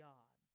God